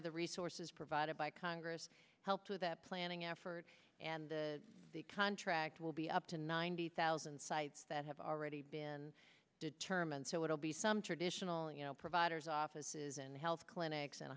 of the resources provided by congress helped with the planning effort and the contract will be up to ninety thousand sites that have already been determined so it'll be some traditional you know providers offices and health clinics